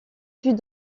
fut